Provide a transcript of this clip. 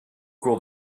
cours